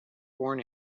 born